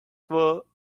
were